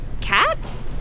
Cats